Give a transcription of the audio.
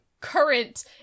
current